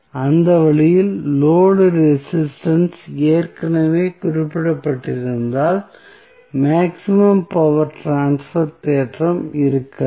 அந்த வழியில் load resistance ஏற்கனவே குறிப்பிடப்பட்டிருந்தால் மேக்ஸிமம் பவர் ட்ரான்ஸ்பர் தேற்றம் இருக்காது